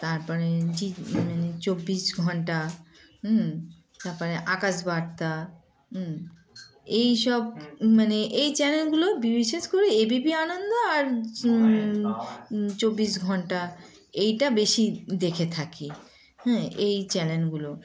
তার পরে জি মানে চব্বিশ ঘণ্টা তার পরে আকাশ বার্তা এই সব মানে এই চ্যানেলগুলো বিশেষ করে এ বি পি আনন্দ আর চব্বিশ ঘণ্টা এইটা বেশি দেখে থাকি হ্যাঁ এই চ্যানেলগুলো